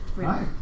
Hi